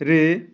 ରେ